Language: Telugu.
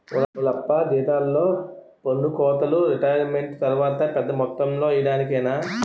ఓలప్పా జీతాల్లో పన్నుకోతలు రిటైరుమెంటు తర్వాత పెద్ద మొత్తంలో ఇయ్యడానికేనే